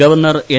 governor N